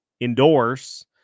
endorse